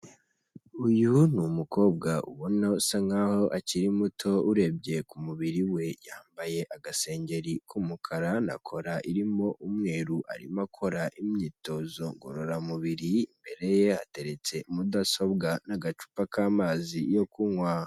uyu ni umukobwa ubona usa nkaho akiri muto urebye ku mubiri we yambaye agasengeri k'umukara na kora irimo umweru arimo akora imyitozo ngororamubiri, imberelle ateretse mudasobwa n'agacupa k'amazi yo kunywa